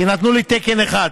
כי נתנו לי תקן אחד.